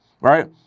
right